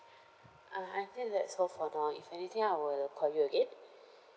uh I think that's all for now if anything I will call you again